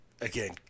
Again